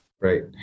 Right